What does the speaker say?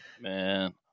Man